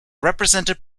represented